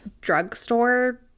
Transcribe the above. drugstore